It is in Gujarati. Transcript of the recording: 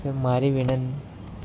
છે મારી વિનન